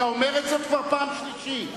אתה אומר זאת כבר פעם שלישית.